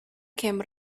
came